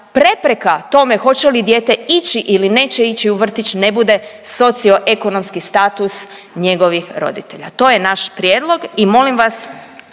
prepreka tome hoće li dijete ići ili neće ići u vrtić ne bude socioekonomski status njegovih roditelja. To je naš prijedlog i molim vas,